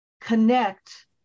connect